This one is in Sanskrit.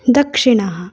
दक्षिणः